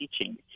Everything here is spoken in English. teaching